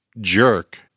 jerk